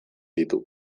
ditu